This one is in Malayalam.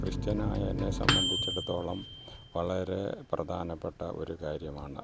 ക്രിസ്ത്യനായ എന്നെ സംബന്ധിച്ചിടത്തോളം വളരെ പ്രദാനപ്പെട്ട ഒരു കാര്യമാണ്